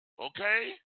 Okay